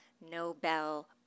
Nobel